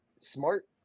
smart